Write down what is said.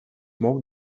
مبل